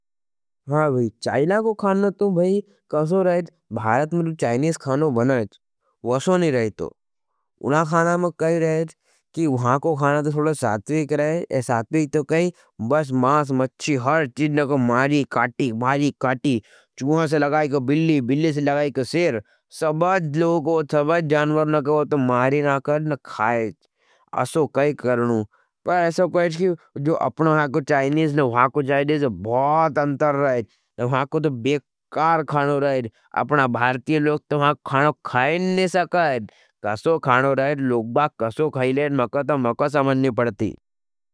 हाँ भाई, चाइना को खाना तो भाई कसो रहे थो। भारत में तो चाइनेश खाना बनाये थो, वसो नहीं रहे थो। उना खाना में कही रहे थो, कि वहाँ को खाना तो सत्विक रहे थो। ये सत्विक तो कही, बस मास, मच्ची, हर चीद नहीं कही, मारी, काटी, मारी, काटी, चुहां से लगाई का बिल्ली, बिल्ली से लगाई का सेर, सबज लोगों, सबज जानवर नहीं कहो, तो मारी न कर, कसो खाणो रहे। लोगबाग कसो खाईले रहे, मकट मकट समननी पड़ती।